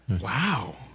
Wow